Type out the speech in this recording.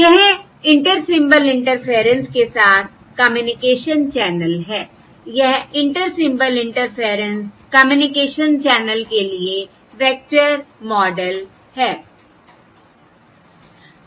यह inter symbol interference के साथ कम्युनिकेशन चैनल हैI यह inter symbol interference communication channel के लिए वेक्टर मॉडल है